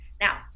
Now